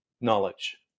knowledge